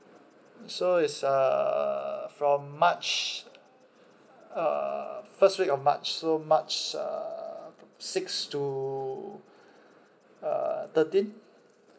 so it's uh from march uh first week of march so march uh sixth to thirteenth